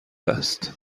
است